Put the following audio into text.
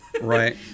Right